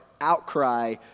outcry